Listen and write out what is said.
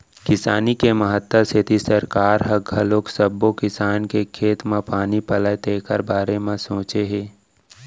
किसानी के महत्ता सेती सरकार ह घलोक सब्बो किसान के खेत म पानी पलय तेखर बारे म सोचे हे